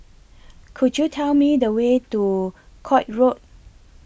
Could YOU Tell Me The Way to Koek Road